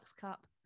cup